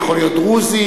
הוא יכול להיות דרוזי,